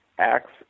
Acts